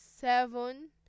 seven